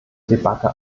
debatte